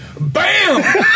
Bam